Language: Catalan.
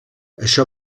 això